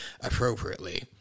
appropriately